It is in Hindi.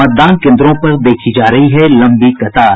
मतदान केन्द्रों पर देखी जा रही है लंबी कतार